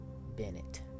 Bennett